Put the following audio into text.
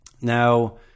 Now